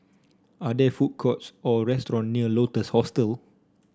are there food courts or restaurant near Lotus Hostel